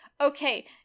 Okay